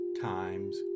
times